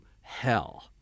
hell